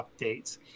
updates